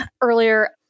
earlier